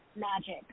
magic